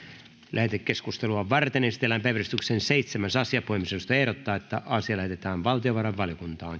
lähetekeskustelua varten esitellään päiväjärjestyksen seitsemäs asia puhemiesneuvosto ehdottaa että asia lähetetään valtiovarainvaliokuntaan